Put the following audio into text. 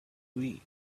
wii